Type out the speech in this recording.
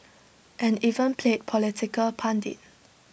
and even played political pundit